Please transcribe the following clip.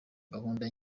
gahunda